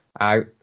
out